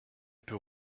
peut